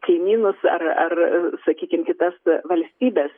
kaimynus ar ar sakykim kitas valstybes